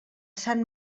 sant